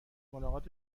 ملاقات